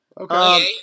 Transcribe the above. okay